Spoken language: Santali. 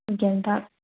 ᱜᱮᱸᱫᱟᱜᱽ